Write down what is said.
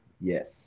yes